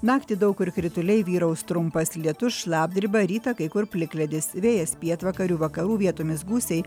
naktį daug kur krituliai vyraus trumpas lietus šlapdriba rytą kai kur plikledis vėjas pietvakarių vakarų vietomis gūsiai